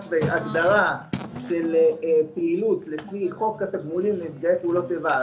בהגדרה של פעילות לפי חוק התגמולים לנפגעי פעולות איבה,